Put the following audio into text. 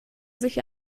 sich